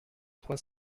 trois